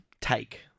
take